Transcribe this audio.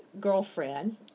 girlfriend